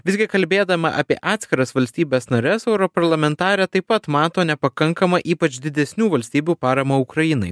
visgi kalbėdama apie atskiras valstybės nares europarlamentarė taip pat mato nepakankamą ypač didesnių valstybių paramą ukrainai